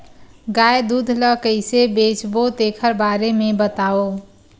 गाय दूध ल कइसे बेचबो तेखर बारे में बताओ?